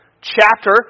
chapter